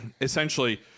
essentially